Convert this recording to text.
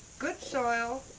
good soil,